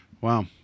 wow